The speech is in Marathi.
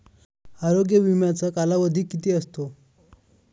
आरोग्य विम्याचा कालावधी किती असतो?